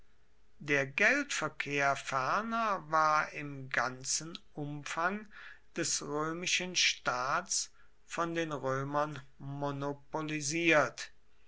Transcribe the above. der geldverkehr ferner war im ganzen umfang des römischen staats von den römern monopolisiert